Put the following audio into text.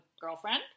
girlfriend